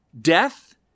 death